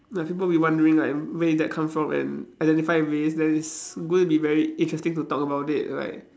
like people will be wondering like where did that come from and identify ways that is going to be very interesting to talk about it like